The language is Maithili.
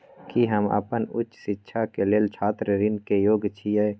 की हम अपन उच्च शिक्षा के लेल छात्र ऋण के योग्य छियै?